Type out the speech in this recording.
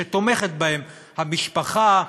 שתומכת בהם המשפחה,